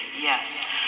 Yes